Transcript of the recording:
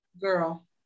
Girl